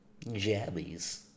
Jabbies